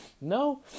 No